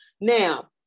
Now